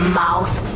mouth